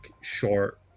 short